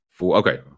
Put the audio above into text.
Okay